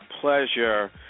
pleasure